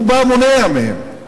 הוא בא, מונע מהם.